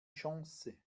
chance